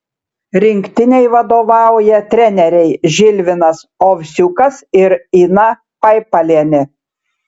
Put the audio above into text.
rinktinei vadovauja treneriai žilvinas ovsiukas ir ina paipalienė